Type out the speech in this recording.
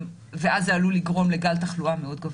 ואז זה עלול לגרום לגל תחלואה מאוד גבוה.